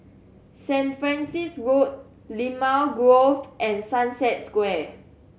Saint Francis Road Limau Grove and Sunset Square